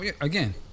Again